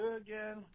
again